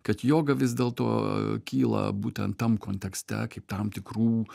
kad joga vis dėlto kyla būtent tam kontekste kaip tam tikrų